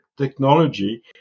technology